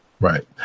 right